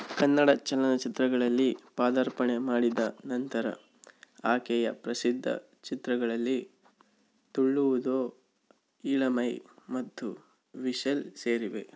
ಕನ್ನಡ ಚಲನಚಿತ್ರಗಳಲ್ಲಿ ಪಾದಾರ್ಪಣೆ ಮಾಡಿದ ನಂತರ ಆಕೆಯ ಪ್ರಸಿದ್ಧ ಚಿತ್ರಗಳಲ್ಲಿ ತುಳ್ಳುವುದೋ ಇಳಮೈ ಮತ್ತು ವಿಷಲ್ ಸೇರಿವೆ